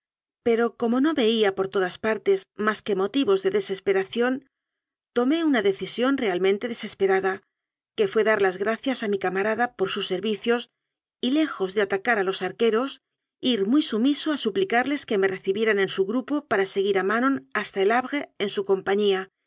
pero como no veía por todas partes más que mo tivos de desesperación tomé una decisión real mente desesperada que fué dar las gracias a mi camarada por sus servicios y lejos de atacar a los arqueros ir muy sumiso a suplicarles que me recibieran en su grupo para seguir a manon hasta el havre en su compañía